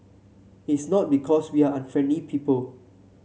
it's not because we are unfriendly people